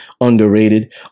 underrated